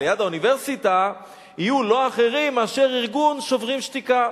"ליד האוניברסיטה" יהיו לא אחרים מאשר ארגון "שוברים שתיקה".